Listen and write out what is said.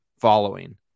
following